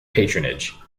patronage